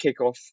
kickoff